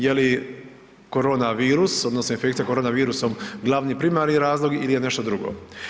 Je li koronavirus odnosno infekcija koronavirusom glavni primarni razlog ili je nešto drugo.